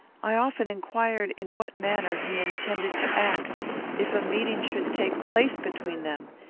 i often inquired in what manner he intended to act if a meeting should take place between them.